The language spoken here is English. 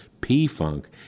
P-Funk